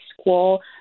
school